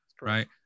right